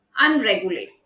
Unregulated